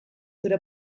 zure